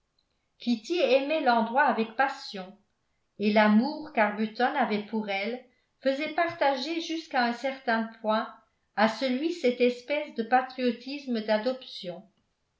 kitty aimait l'endroit avec passion et l'amour qu'arbuton avait pour elle faisait partager jusqu'à un certain point à celui-ci cette espèce de patriotisme d'adoption